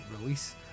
release